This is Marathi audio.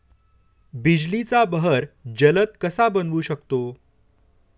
बिजलीचा बहर जलद कसा बनवू शकतो?